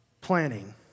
planning